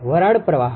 વરાળ પ્રવાહ